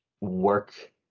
work